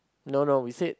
no no we said